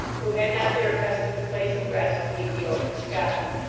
who had not their accustomed place of rest beneath the open sky.